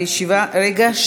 רגע,